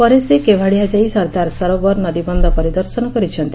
ପରେ ସେ କେଭାଡିଆ ଯାଇ ସର୍ଦ୍ଦାର ସରୋବର ନଦୀବନ୍ଧ ପରିଦର୍ଶନ କରିଛନ୍ତି